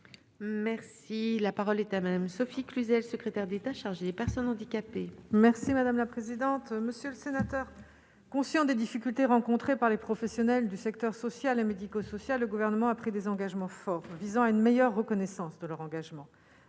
Merci, la parole est à madame Sophie Cluzel, secrétaire d'État chargée des personnes handicapées. Merci madame la présidente, monsieur le sénateur, conscient des difficultés rencontrées par les professionnels du secteur social et médico-social, le gouvernement a pris des engagements forts visant à une meilleure reconnaissance de leur engagement